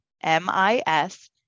m-i-s